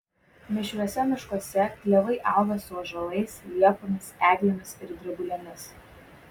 mišriuose miškuose klevai auga su ąžuolais liepomis eglėmis ir drebulėmis